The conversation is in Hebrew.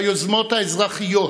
ביוזמות האזרחיות,